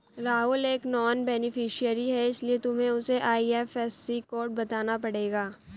राहुल एक non beneficiary है इसीलिए तुम्हें उसे आई.एफ.एस.सी कोड बताना पड़ेगा